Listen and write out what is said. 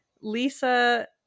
Lisa